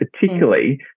particularly